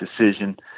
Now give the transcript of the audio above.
decision